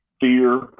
fear